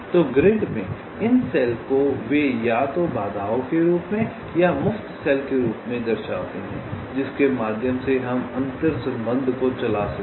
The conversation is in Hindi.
तो ग्रिड में इन सेल को वे या तो बाधाओं के रूप में या मुफ्त सेल के रूप में दर्शाते हैं जिसके माध्यम से हम अंतर्संबंध को चला सकते हैं